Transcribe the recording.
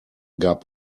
gab